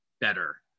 better